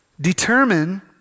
Determine